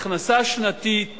הכנסה שנתית